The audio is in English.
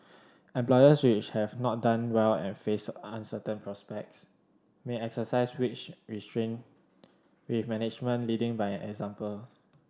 employers which have not done well and face uncertain prospects may exercise wage restraint with management leading by example